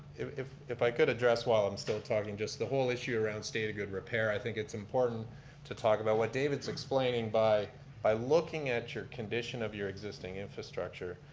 if if i could address while i'm still talking, the whole issue around state of good repair, i think it's important to talk about what david's explaining by by looking at your condition of your existing infrastructure,